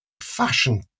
fashion